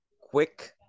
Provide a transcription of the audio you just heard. quick